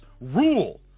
rule